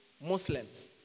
Muslims